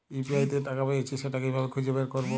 UPI তে যে টাকা পেয়েছি সেটা কিভাবে খুঁজে বের করবো?